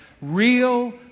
real